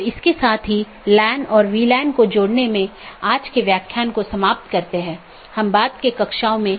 अब हम TCP IP model पर अन्य परतों को देखेंगे